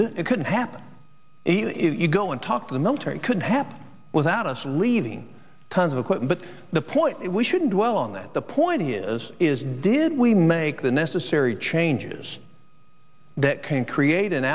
do it couldn't happen if you go and talk to the military could happen without us leaving tons of quitting but the point is we shouldn't dwell on that the point is is did we make the necessary changes that can create an